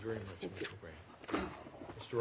very strong